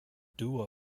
dewa